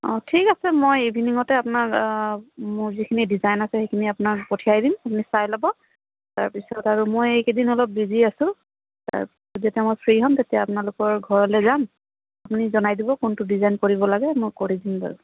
অ ঠিক আছে মই ইভিনিঙতে আপোনাক মোৰ যিখিনি ডিজাইন আছে সেইখিনি আপোনাক পঠিয়াই দিম আপুনি চাই ল'ব তাৰপিছত আৰু মই এইকেইদিন অলপ বিজি আছোঁ তাৰপিছত যেতিয়া মই ফ্ৰী হ'ম তেতিয়া আপোনালোকৰ ঘৰলৈ যাম আপুনি জনাই দিব কোনটো ডিজাইন কৰিব লাগে মই কৰি দিম বাৰু